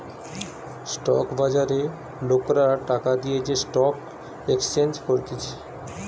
stock বাজারে লোকরা টাকা দিয়ে যে স্টক এক্সচেঞ্জ করতিছে